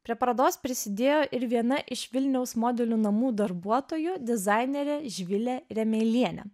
prie parodos prisidėjo ir viena iš vilniaus modelių namų darbuotojų dizainerė živilė ramelienė